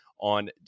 on